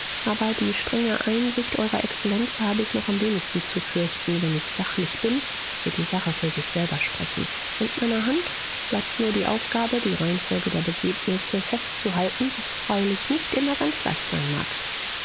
aber die strenge einsicht eurer exzellenz habe ich noch am wenigsten zu fürchten wenn ich sachlich bin wird die sache für sich selber sprechen und meiner hand bleibt nur die aufgabe die reihenfolge der begebnisse festzuhalten was freilich nicht immer ganz leicht sein mag